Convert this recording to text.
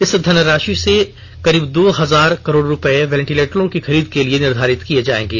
इस धनराशि में से करीब दो हजार करोड़ रुपये वेंटिलेटरों की खरीद के लिए निर्धारित किए जाएंगे